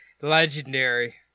legendary